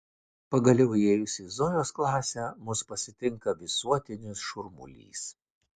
pagaliau įėjus į zojos klasę mus pasitinka visuotinis šurmulys